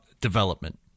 development